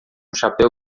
chapéu